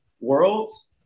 Worlds